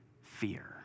fear